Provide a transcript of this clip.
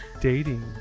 dating